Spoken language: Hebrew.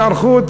שר חוץ,